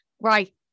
right